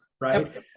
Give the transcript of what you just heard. right